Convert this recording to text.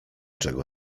czego